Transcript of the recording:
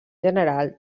general